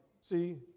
See